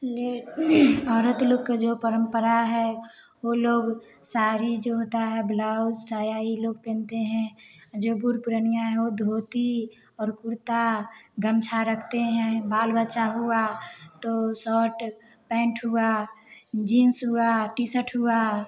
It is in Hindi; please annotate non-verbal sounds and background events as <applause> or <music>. ले औरत लोग का जो परम्परा है वो लोग सारी जो है ब्लाउज साया ये लोग पहनते हैं जो <unintelligible> पुरनिया है वो धोती और कुर्ता गमछा रखते हैं बाल बच्चा हुआ तो सॉट पैंट हुआ जींस हुआ टी सट हुआ